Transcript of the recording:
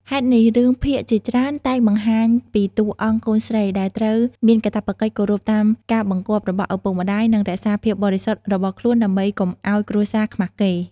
ហេតុនេះ រឿងភាគជាច្រើនតែងបង្ហាញពីតួអង្គកូនស្រីដែលត្រូវមានកាតព្វកិច្ចគោរពតាមការបង្គាប់របស់ឪពុកម្តាយ និងរក្សាភាពបរិសុទ្ធរបស់ខ្លួនដើម្បីកុំឱ្យគ្រួសារខ្មាសគេ។